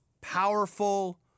powerful